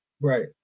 Right